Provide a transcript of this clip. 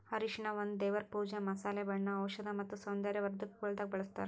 ಅರಿಶಿನ ಒಂದ್ ದೇವರ್ ಪೂಜಾ, ಮಸಾಲೆ, ಬಣ್ಣ, ಔಷಧ್ ಮತ್ತ ಸೌಂದರ್ಯ ವರ್ಧಕಗೊಳ್ದಾಗ್ ಬಳ್ಸತಾರ್